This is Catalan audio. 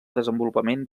desenvolupament